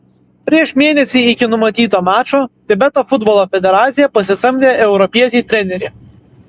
prieš mėnesį iki numatyto mačo tibeto futbolo federacija pasisamdė europietį trenerį